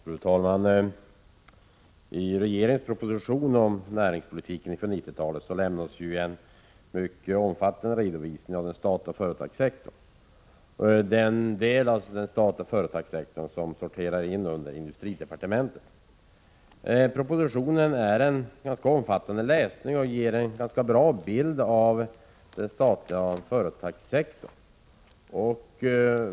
Fru talman! I regeringens proposition om näringspolitiken inför 90-talet lämnas en mycket omfattande redovisning av den del av den statliga företagssektorn som sorterar under industridepartementet. Propositionen är en ganska omfattande läsning och ger en ganska bra bild av den statliga företagssektorn.